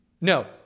no